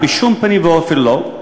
בשום פנים ואופן לא,